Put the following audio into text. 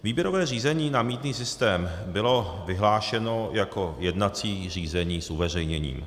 Výběrové řízení na mýtný systém bylo vyhlášeno jako jednací řízení s uveřejněním.